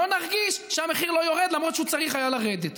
לא נרגיש שהמחיר לא יורד למרות שהוא צריך היה לרדת.